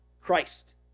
Christ